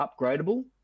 upgradable